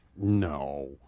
no